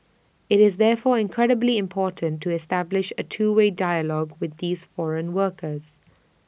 IT is therefore incredibly important to establish A two way dialogue with these foreign workers